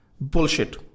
Bullshit